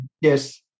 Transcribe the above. Yes